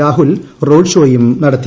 രാഹുൽ റോഡ്ഷോയും നടത്തി